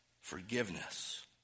forgiveness